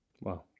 wow